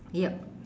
yup